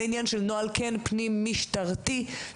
זה עניין של כן נוהל פנים-משטרתי שאפשר